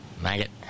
maggot